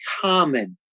common